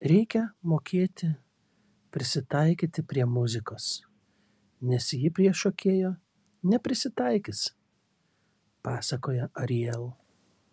reikia mokėti prisitaikyti prie muzikos nes ji prie šokėjo neprisitaikys pasakoja ariel